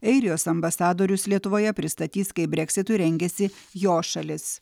airijos ambasadorius lietuvoje pristatys kaip brexitui rengiasi jo šalis